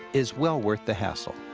is well worth the hassle.